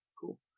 Cool